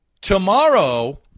Tomorrow